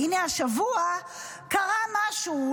והינה, השבוע קרה משהו.